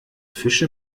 fische